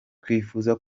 twifuza